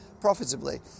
profitably